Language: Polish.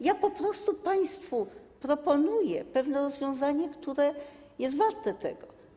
Ja po prostu państwu proponuję pewne rozwiązanie, które jest warte tego.